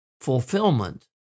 fulfillment